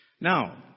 Now